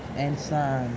and sun